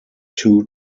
two